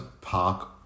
park